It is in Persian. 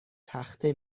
تخته